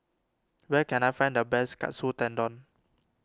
where can I find the best Katsu Tendon